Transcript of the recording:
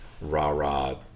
rah-rah